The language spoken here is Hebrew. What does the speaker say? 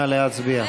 נא להצביע.